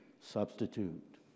substitute